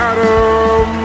Adam